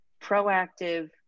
proactive